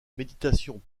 méditation